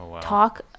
talk